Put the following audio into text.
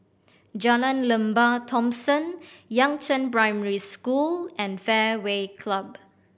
Jalan Lembah Thomson Yangzheng Primary School and Fairway Club